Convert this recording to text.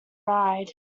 ride